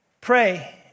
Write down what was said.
Pray